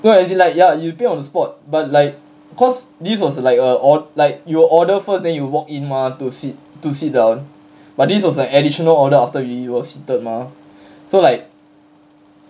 no as in like ya you pay on the spot but like cause this was like a ord~ like you order first then you walk in mah to sit to sit down but this was an additional order after we were seated mah so like